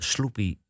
Sloopy